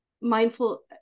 mindful